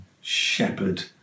shepherd